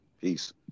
Peace